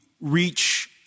reach